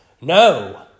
No